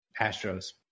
Astros